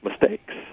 Mistakes